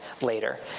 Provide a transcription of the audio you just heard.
later